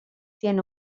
tiene